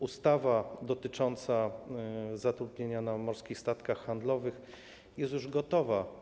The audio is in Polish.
Ustawa dotycząca zatrudnienia na morskich statkach handlowych jest już gotowa.